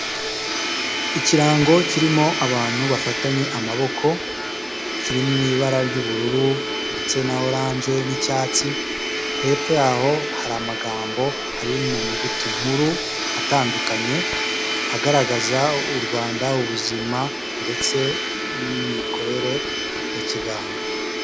Ikirango kirimo abantu bafatanye amaboko kiri m’ ibara ry'ubururu ndetse n’ orange, n' icyatsi, hepfo yaho hari amagambo ari mu nyuguti nkuru atandukanye agaragaza u Rwanda ubuzima ndetse n' imikorere ya kiganga.